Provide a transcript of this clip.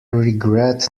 regret